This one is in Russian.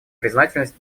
признательность